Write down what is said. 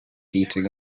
heating